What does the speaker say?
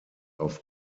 auf